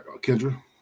Kendra